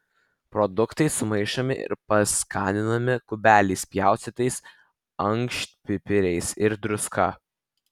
produktai sumaišomi ir paskaninami kubeliais pjaustytais ankštpipiriais ir druska